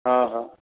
हा हा